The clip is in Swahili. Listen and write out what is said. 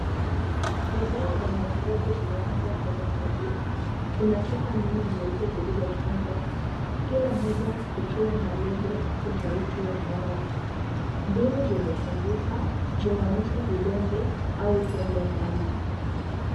Bidhaa za matibabu zimepangwa kwa uangalifu, kuna chupa nne nyeupe zilizofungwa, kila moja ikiwa na lebo tofauti ya dawa, mbili zimefungika zinaonyesha vidonge au tembe ndani.